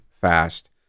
fast